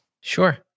Sure